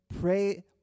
pray